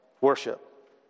Worship